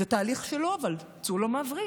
זה תהליך שלו, אבל צאו לו מהווריד.